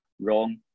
wrong